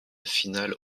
finale